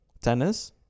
tennis